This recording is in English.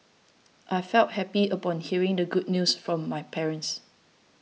I felt happy upon hearing the good news from my parents